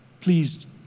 please